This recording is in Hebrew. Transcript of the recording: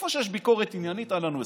איפה שיש ביקורת עניינית, אהלן וסהלן.